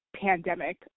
pandemic